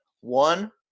one